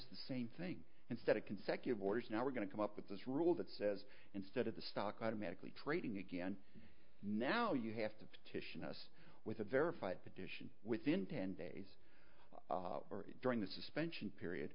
the same thing instead of consecutive orders now we're going to come up with this rule that says instead of the stock automatically trading again now you have to petition us with a verified petition within ten days or during the suspension period